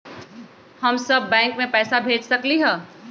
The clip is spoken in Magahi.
हम सब बैंक में पैसा भेज सकली ह?